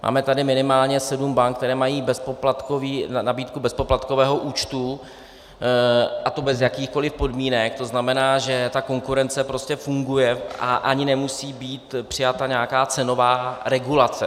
Máme tady minimálně sedm bank, které mají nabídku bezpoplatkového účtu, a to bez jakýchkoli podmínek, to znamená, že ta konkurence prostě funguje a ani nemusí být přijata nějaká cenová regulace.